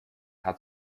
hat